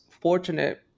fortunate